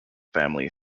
family